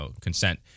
consent